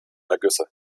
ergüsse